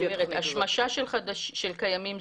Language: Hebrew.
השמשה של קיימים,